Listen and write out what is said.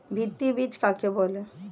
ভিত্তি বীজ কাকে বলে?